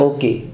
Okay